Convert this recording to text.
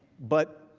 but,